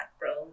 bro